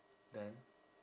then